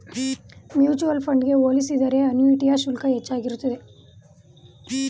mutual fund ಗೆ ಹೋಲಿಸಿದರೆ ಅನುಯಿಟಿಯ ಶುಲ್ಕ ಹೆಚ್ಚಾಗಿರುತ್ತದೆ